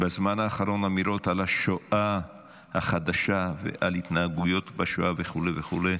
בזמן האחרון אמירות על השואה החדשה ועל התנהגויות בשואה וכו' וכו'.